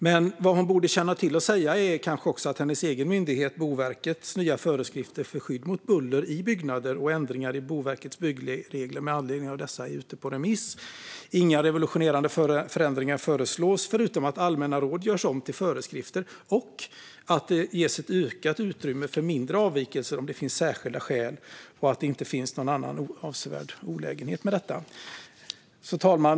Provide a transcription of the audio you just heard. Men hon borde känna till och säga detta om hennes egen myndighet Boverket: Förslaget till nya föreskrifter för skydd mot buller i byggnader och ändringar i Boverkets byggregler med anledning av dessa är ute på remiss. Inga revolutionerande förändringar föreslås, förutom att allmänna råd ska göras om till föreskrifter och att det ska ges ett ökat utrymme för mindre avvikelser om det finns särskilda skäl och det inte finns någon annan avsevärd olägenhet med detta. Fru talman!